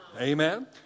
Amen